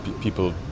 people